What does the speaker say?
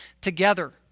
together